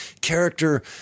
character